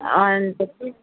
अन्त चाहिँ